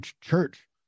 church